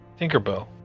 Tinkerbell